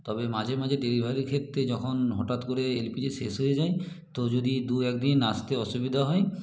তবে মাঝে মাঝে ডেলিভারির ক্ষেত্রে যখন হঠাৎ করে এল পি জি শেষ হয়ে যায় তো যদি দু এক দিন আসতে অসুবিধা হয়